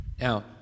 Now